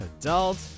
Adult